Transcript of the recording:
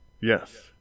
Yes